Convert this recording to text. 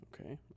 Okay